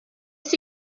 wnes